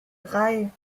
drei